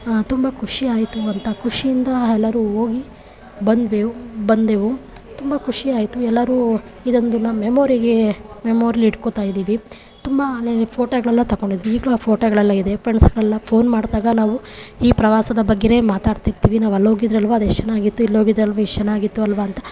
ತುಂಬ ಖುಷಿಯಾಯಿತು ಅಂತ ಖುಷಿಯಿಂದ ಎಲ್ಲರೂ ಹೋಗಿ ಬಂದೆವು ಬಂದೆವು ತುಂಬ ಖುಷಿಯಾಯಿತು ಎಲ್ಲರೂ ಇದೊಂದು ನಮ್ಮ ಮೆಮೊರಿಗೆ ಮೆಮೊರಿಲಿ ಇಟ್ಕೊಳ್ತಾ ಇದ್ದೀವಿ ತುಂಬನೇ ಫೋಟೋಗಳೆಲ್ಲ ತಗೊಂಡಿದ್ವಿ ಈಗಲೂ ಆ ಫೋಟೋಗಳೆಲ್ಲ ಇದೆ ಫ್ರೆಂಡ್ಸ್ಗಳೆಲ್ಲ ಫೋನ್ ಮಾಡಿದಾಗ ನಾವು ಈ ಪ್ರವಾಸದ ಬಗ್ಗೆಯೇ ಮಾತಾಡ್ತಿರ್ತೀವಿ ನಾವು ಅಲ್ಲೋಗಿದ್ವಲ್ಲ ಅದು ಎಷ್ಟು ಚೆನ್ನಾಗಿತ್ತು ಇಲ್ಲೋಗಿದ್ವಲ್ಲ ಎಷ್ಟು ಚೆನ್ನಾಗಿತ್ತು ಅಲ್ವ ಅಂತ